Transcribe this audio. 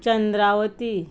Chandravati